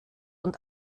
und